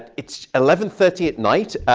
it's eleven thirty at night.